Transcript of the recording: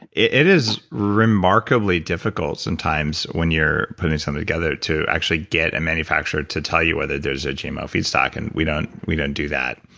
it is remarkably difficult sometimes when you're putting something together to actually get a and manufacturer to tell you whether there's a gmo feedstock and we don't we don't do that.